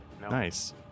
Nice